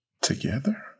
together